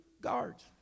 guards